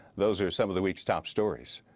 those are some of the week's top stories.